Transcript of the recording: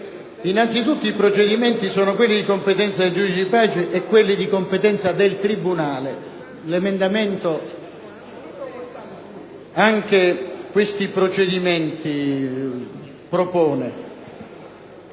Innanzitutto i procedimenti sono quelli di competenza del giudice di pace e del tribunale. L'emendamento anche questi procedimenti propone,